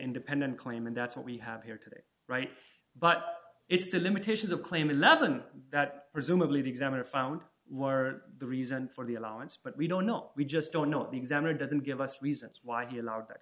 independent claim and that's what we have here today right but it's the limitations of claim eleven that presumably the examiner found were the reason for the allowance but we don't know we just don't know the examiner doesn't give us reasons why he allowed that